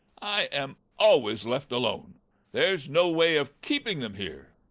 i am always left alone there's no way of keeping them here.